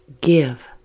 give